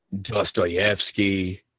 Dostoevsky